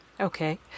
Okay